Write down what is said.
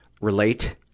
relate